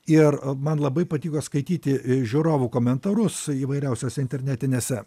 ir man labai patiko skaityti žiūrovų komentarus įvairiausiose internetinėse